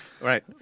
Right